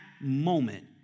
moment